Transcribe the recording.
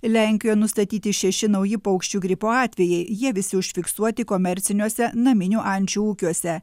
lenkijoje nustatyti šeši nauji paukščių gripo atvejai jie visi užfiksuoti komerciniuose naminių ančių ūkiuose